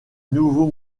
nouveau